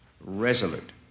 resolute